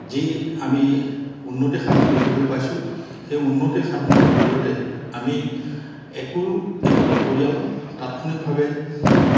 যি আমি উন্নতি সাধন দেখিবলৈ পাইছোঁ সেই উন্নতি সাধনৰ জৰিয়তে আমি একো একোটা পৰিয়াল তাৎক্ষিকভাৱে